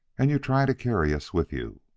and you try to carry us with you.